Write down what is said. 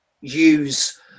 use